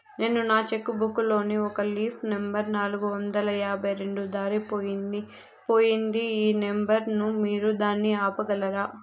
నేను నా cheque book లోని ఒక లీఫ్ నెంబర్ నాలుగు వందల యాభై రెండు దారిపొయింది పోయింది ఈ నెంబర్ ను మీరు దాన్ని ఆపగలరా?